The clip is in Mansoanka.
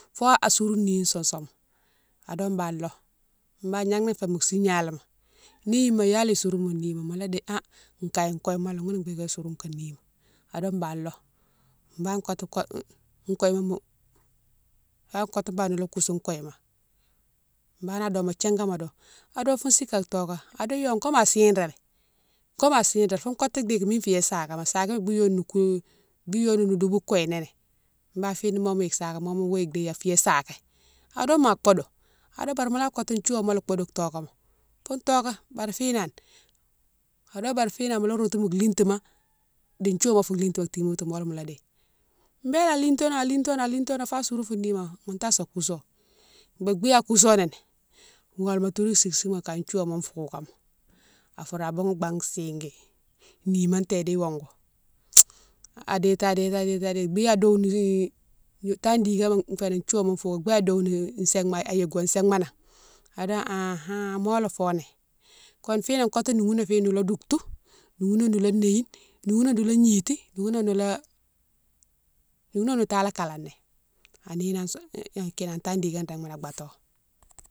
Fa a sourine ni sousoune ma ado bane lo, banne gnané fé mo signalé ma ni yimo yalé sourou mo nima mola di ha kaye kouye malé ghounné bigué isourou kan nima ado bane lo, bane koté bane kotou bane nola kousou kouye ma, bane ado mo djigama dou, ado foune sike ka toké ado yo ko ma chiré, ko ma chiré foune kotou dike mine fiyé sakama- sakama bi yoni no kouye, bi yoni no douboune kouye nini bane fine moma yike sakama moma wéye di yafiyé saké ado ma bodou, ado bari mola kotou thiouwouma bodou tokamo, foune toké bari finane, ado bari finane mola routou mo litima di thiouwouma fou litima tibate tou molé mola déye, bélé a lito nan- a lito nan- a lito nan fa sourou fou nima ghouta sa kousou. Boke bi a kousoné ni gholma tourou sike sike ma ka thiouwouma fougane ma, a fourou a boughoune baghme sigui, nima tédi iwongou adéti- adéti- adéti- adéti bi déghoune si tagne dikema féni thiouwouma fougane, bi a déghoune sig-ma a yike wo siguema na ado ha ha molé foni kone finan kotou noughoune fine nola douke tou noughoune nola néghine, noughouné nola gnity, noughouné nola, noughouné no tala kalani, a néghine ni an kinan tagne dikema rég-ma a bato.